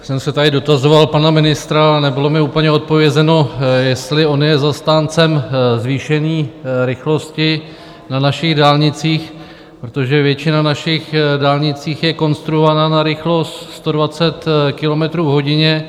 Jsem se tady dotazoval pana ministra a nebylo mi úplně odpovězeno, jestli on je zastáncem zvýšení rychlosti na našich dálnicích, protože většina našich dálnic je konstruována na rychlost 120 kilometrů v hodině.